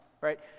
right